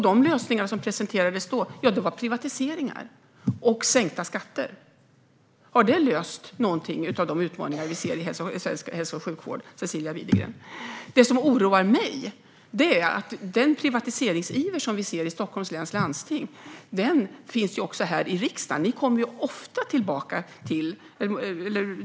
De lösningar som presenterades då var privatiseringar och sänkta skatter. Har det löst någonting av de utmaningar vi ser i svensk hälso och sjukvård, Cecilia Widegren? Det som oroar mig är att den privatiseringsiver som vi ser i Stockholms läns landsting också finns här i riksdagen.